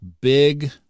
big